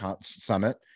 summit